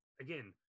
again